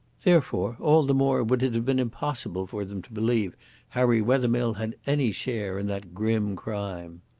therefore all the more would it have been impossible for them to believe harry wethermill had any share in that grim crime.